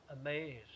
amazed